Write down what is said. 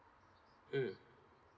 mm